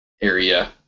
area